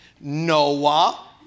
Noah